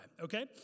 okay